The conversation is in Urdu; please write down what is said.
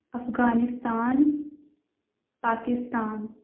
افغانستان پاکستان